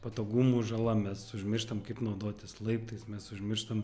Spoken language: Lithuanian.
patogumų žala mes užmirštam kaip naudotis laiptais mes užmirštam